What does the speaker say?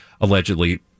Allegedly